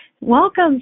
welcome